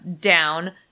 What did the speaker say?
down